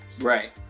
right